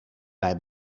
mij